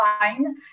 fine